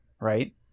right